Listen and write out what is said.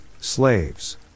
slaves